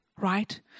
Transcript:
right